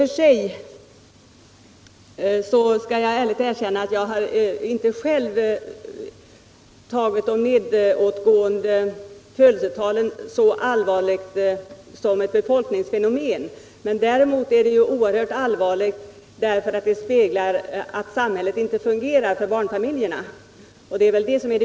Jag skall gärna erkänna att jag själv inte tagit de nedåtgående födelsetalen så allvarligt att jag betraktar dem som ett befolkningsproblem. Däremot är det allvarligt så till vida att de speglar att samhället inte fungerar för barnfamiljerna.